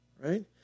right